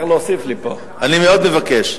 אני מאוד מבקש.